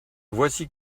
voici